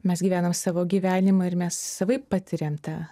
mes gyvenam savo gyvenimą ir mes savaip patiriam tą